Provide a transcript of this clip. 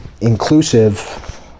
inclusive